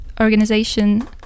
organization